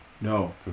No